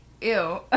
Ew